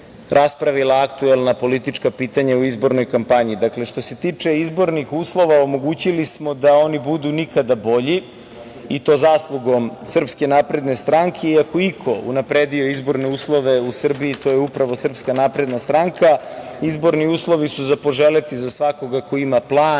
raspravila aktuelna politička pitanja u izbornoj kampanji. Dakle, što se tiče izbornih uslova, omogućili smo da oni budu nikada bolji i to zaslugom SNS, i ako je iko unapredio uslove u Srbiji, to je upravo SNS, i izborni uslovi su za poželeti za svakoga ko ima plan,